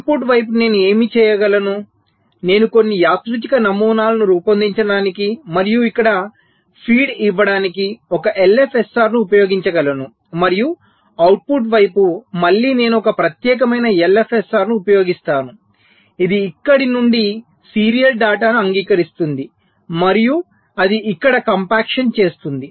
input వైపు నేను ఏమి చేయగలను నేను కొన్ని యాదృచ్ఛిక నమూనాలను రూపొందించడానికి మరియు ఇక్కడ ఫీడ్ ఇవ్వడానికి ఒక LFSR ను ఉపయోగించగలను మరియు అవుట్పుట్ వైపు మళ్ళీ నేను ఒక ప్రత్యేకమైన LFSR ను ఉపయోగిస్తాను ఇది ఇక్కడ నుండి సీరియల్ డేటాను అంగీకరిస్తుంది మరియు అది ఇక్కడ కంప్యాక్షన్ చేస్తుంది